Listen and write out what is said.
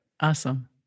Awesome